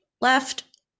left